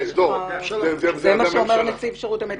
זה מה שאומר נציב שירות המדינה.